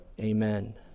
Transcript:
Amen